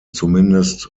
zumindest